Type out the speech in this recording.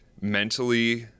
Mentally